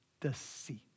deceit